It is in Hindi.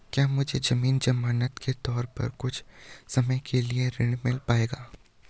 क्या मुझे ज़मीन ज़मानत के तौर पर कुछ समय के लिए ऋण मिल पाएगा?